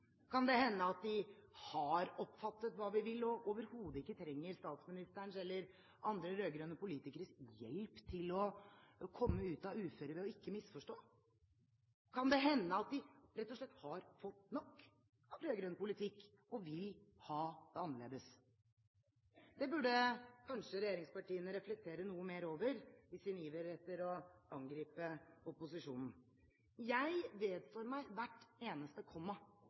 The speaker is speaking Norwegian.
Kan det hende at de har oppfattet hva vi vil, og overhodet ikke trenger statsministerens eller andre rød-grønne politikeres hjelp til å komme ut av uføret, ved ikke å misforstå? Kan det hende at de rett og slett har fått nok av rød-grønn politikk og vil ha det annerledes? Det burde kanskje regjeringspartiene reflektere noe mer over i sin iver etter å angripe opposisjonen. Jeg vedstår meg hvert eneste